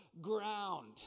ground